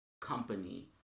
company